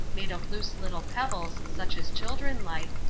made of loose little pebbles such as children like,